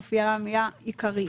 מופיעה המילה "עיקריים".